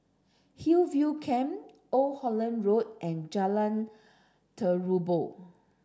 Hillview Camp Old Holland Road and Jalan Terubok